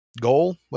goal